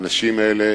האנשים האלה